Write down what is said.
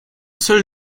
seul